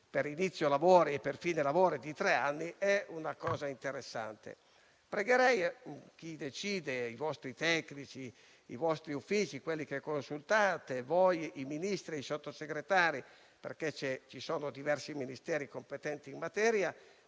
per inizio e fine lavori di tre anni è interessante. Inviterei chi decide, i vostri tecnici, i vostri uffici, coloro che consultate, i Ministri, i Sottosegretari - vi sono diversi Ministeri competenti in materia